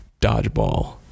Dodgeball